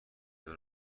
دنیا